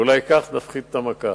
ואולי כך נפחית את המכה.